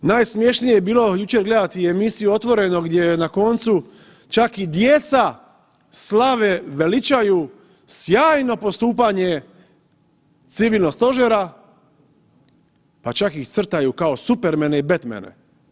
Najsmješnije je bilo jučer gledati emisiju „Otvoreno“ gdje je na koncu čak i djeca slave veličaju sjajno postupanje Civilnog stožera pa čak ih crtaju kao Supermane i Batmane.